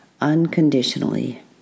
unconditionally